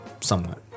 somewhat